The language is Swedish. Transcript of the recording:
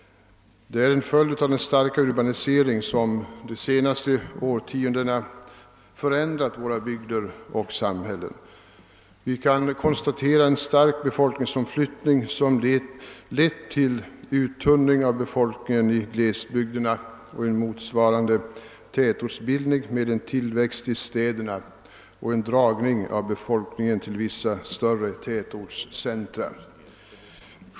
De är en följd av den starka urbanisering som de senaste årtiondena har förändrat våra bygder och samhällen. Vi har fått en stark befolkningsomflyttning som har lett till en uttunning av befolkningen i glesbygderna och en motsvarande tätortsbildning med tillväxt i städerna och en dragning av befolkningen till vissa större centra.